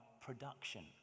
production